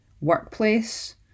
workplace